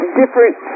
different